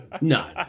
No